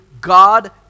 God